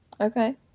Okay